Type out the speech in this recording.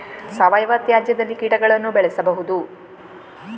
ಸಾವಯವ ತ್ಯಾಜ್ಯದಲ್ಲಿ ಕೀಟಗಳನ್ನು ಬೆಳೆಸಬಹುದು